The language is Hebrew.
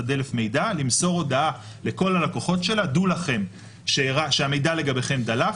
דלף מידע למסור הודעה לכל הלקוחות שלה: דעו לכם שהמידע לגביכם דלף,